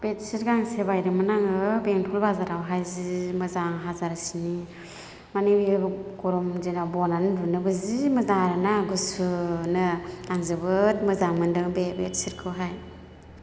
bedsheet गांसे बायदोंमोन आङो बेंटल बाजारावहाय जि मोजां हाजार सेनि माने बे गरम दिनाव बनानै उनदुनोबो जि मोजां आरोना गुसुनो आं जोबोद मोजां मोनदों बे बेडसिटखौहाय